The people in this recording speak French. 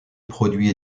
produit